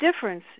difference